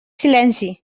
silenci